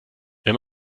wenn